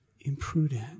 Imprudent